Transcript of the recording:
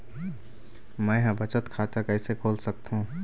मै ह बचत खाता कइसे खोल सकथों?